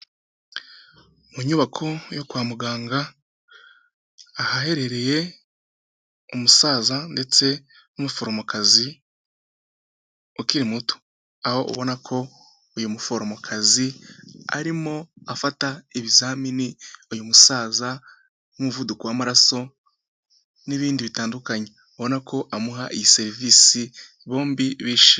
Mu nyubako yo kwa muganga, ahaherereye umusaza ndetse n'umuforomokazi ukiri muto, aho ubona ko uyu muforomokazi, arimo afata ibizamini uyu musaza nk'umuvuduko w'amaraso n'ibindi bitandukanye, ubona ko amuha iyi serivisi bombi bishimye.